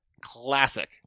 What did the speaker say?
classic